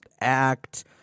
act